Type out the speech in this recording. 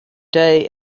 day